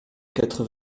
quatre